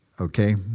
okay